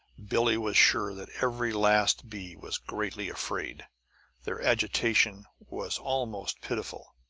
billie was sure that every last bee was greatly afraid their agitation was almost pitiful.